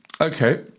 Okay